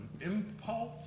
impulse